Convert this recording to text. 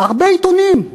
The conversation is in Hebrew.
הרבה עיתונים,